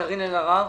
קרין אלהרר.